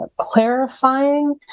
clarifying